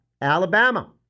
Alabama